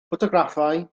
ffotograffau